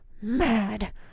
Mad